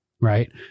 Right